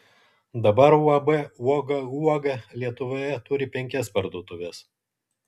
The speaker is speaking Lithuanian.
dabar uab uoga uoga lietuvoje turi penkias parduotuves